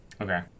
Okay